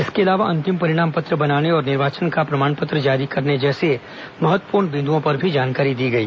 इसके अलावा अंतिम परिणाम पत्र बनाने और निर्वाचन का प्रमाण पत्र जारी करने जैसे महत्वपूर्ण बिन्दुओं पर भी जानकारी दी गई